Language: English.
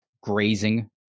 grazing